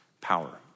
power